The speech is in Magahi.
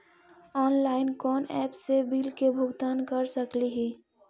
ऑनलाइन कोन एप से बिल के भुगतान कर सकली ही?